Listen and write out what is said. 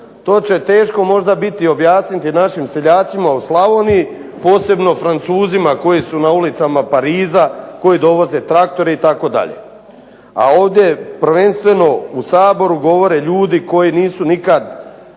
To će teško možda biti objasniti našim seljacima u Slavoniji, posebno Francuzima koji su na ulicama Pariza koji dovoze traktore itd. A ovdje prvenstveno u Saboru govore ljudi koji nisu nikad